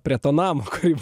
prie to namo kaip